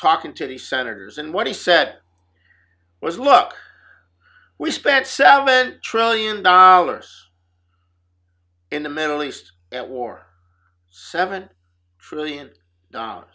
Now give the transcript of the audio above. talking to the senators and what he said was look we spent selman trillion dollars in the middle east at war seven trillion dollar